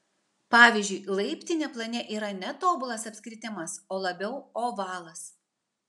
pavyzdžiui laiptinė plane yra ne tobulas apskritimas o labiau ovalas